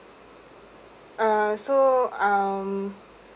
uh so um